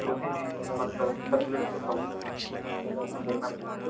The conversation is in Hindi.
उसी में मतलब सर्कुलेशन होता हो होगा देखना पड़ेगा